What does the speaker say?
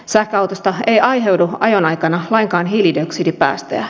sähköautosta ei aiheudu ajon aikana lainkaan hiilidioksidipäästöjä